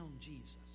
Jesus